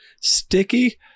sticky